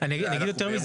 אני אגיד יותר מזה.